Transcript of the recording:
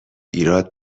ایراد